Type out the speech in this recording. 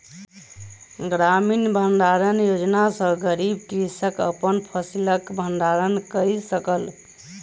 ग्रामीण भण्डारण योजना सॅ गरीब कृषक अपन फसिलक भण्डारण कय सकल